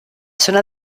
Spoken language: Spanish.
zona